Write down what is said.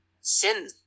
Sin